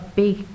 big